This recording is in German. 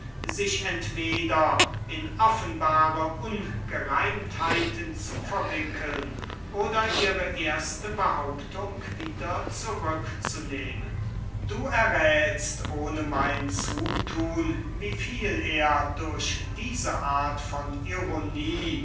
sich entweder in offenbare ungereimtheiten zu verwickeln oder ihre erste behauptung wieder zurück zu nehmen du erräthst ohne mein zuthun wie viel er durch diese art von ironie